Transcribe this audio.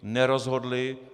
Nerozhodli!